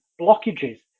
blockages